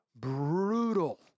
brutal